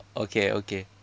okay okay